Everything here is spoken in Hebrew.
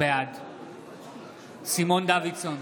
בעד סימון דוידסון,